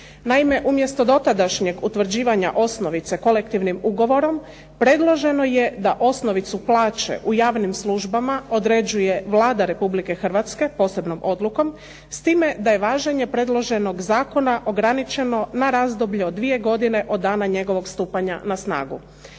Naime, umjesto dotadašnjeg utvrđivanja osnovice kolektivnim ugovorom predloženo je da osnovicu plaće u javnim službama određuje Vlada Republike Hrvatske posebnom odlukom, s time da je važenje predloženog zakona ograničeno na razdoblje od dvije godine od dana njegovog stupanja na snagu.